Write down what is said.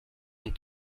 und